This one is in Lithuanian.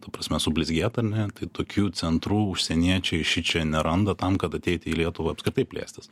ta prasme sublizgėt ar ne tai tokių centrų užsieniečiai šičia neranda tam kad ateiti į lietuvą apskritai plėstis